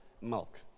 milk